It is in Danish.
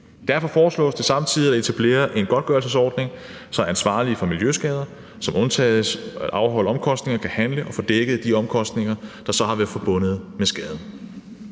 Derfor foreslås det samtidig at etablere en godtgørelsesordning, så ansvarlige for miljøskader, som undtages fra at afholde omkostninger, kan handle og få dækket de omkostninger, der så har været forbundet med skaden.